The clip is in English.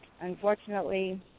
unfortunately